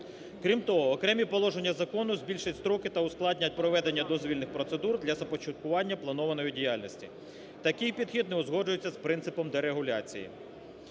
Крім того, окремі положення закону збільшать строки та ускладнять проведення дозвільних процедур для започаткування планованої діяльності. Такий підхід не узгоджується з принципом дерегуляції.